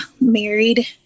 married